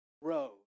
road